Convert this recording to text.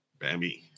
Bambi